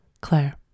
Claire